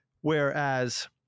Whereas